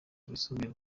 rwisumbuye